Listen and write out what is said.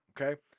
Okay